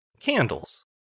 candles